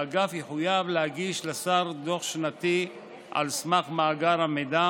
האגף יחויב להגיש לשר דוח שנתי על סמך מאגר המידע